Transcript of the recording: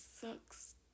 sucks